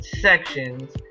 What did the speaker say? sections